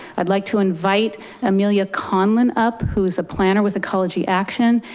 i'd like to invite amelia conlon up who's a planner with ecology action,